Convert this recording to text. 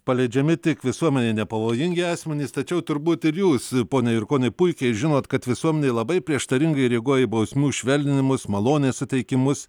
paleidžiami tik visuomenei nepavojingi asmenys tačiau turbūt ir jūs pone jurkoni puikiai žinot kad visuomenė labai prieštaringai reaguoja į bausmių švelninimus malonės suteikimus